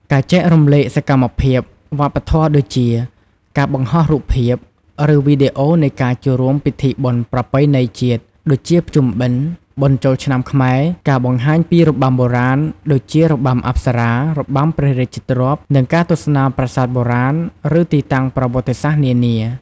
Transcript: ការចែករំលែកសកម្មភាពវប្បធម៌ដូចជា ការបង្ហោះរូបភាព ឬវីដេអូនៃការចូលរួមពិធីបុណ្យប្រពៃណីជាតិ ដូចជាភ្ជុំបិណ្ឌ បុណ្យចូលឆ្នាំខ្មែរ ការបង្ហាញពីរបាំបុរាណ ដូចជា របាំអប្សរា របាំព្រះរាជទ្រព្យ និង ការទស្សនាប្រាសាទបុរាណ ឬទីតាំងប្រវត្តិសាស្ត្រនានា។